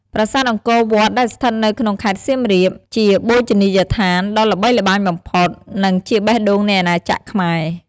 ប្រាសាទអង្គរវត្ត ដែលស្ថិតនៅក្នុងខេត្តសៀមរាប ជាបូជនីយដ្ឋានដ៏ល្បីល្បាញបំផុត និងជាបេះដូងនៃអាណាចក្រខ្មែរ។